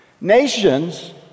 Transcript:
Nations